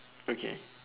okay